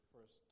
first